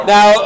Now